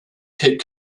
keep